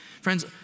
Friends